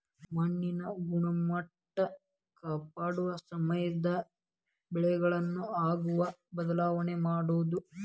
ಮಣ್ಣಿನ ಗುಣಮಟ್ಟಾ ಕಾಪಾಡುಸಮಂದ ಬೆಳೆಗಳನ್ನ ಆಗಾಗ ಬದಲಾವಣೆ ಮಾಡುದು